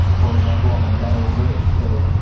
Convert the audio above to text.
for example, on a metal grate. so,